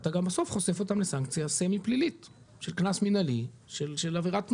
אתה גם בסוף חושף אותם לסנקציה סמי פלילית של קנס מנהלי של עבירת תנועה.